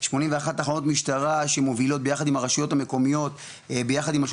81 תחנות משטרה שמובילות ביחד עם הרשויות המקומיות,